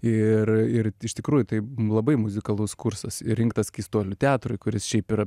ir ir iš tikrųjų tai labai muzikalus kursas ir rinktas keistuolių teatrui kuris šiaip yra